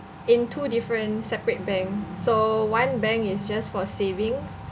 in two different separate bank so one bank is just for savings